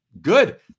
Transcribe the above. Good